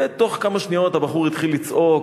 תוך כמה שניות הבחור התחיל לצעוק,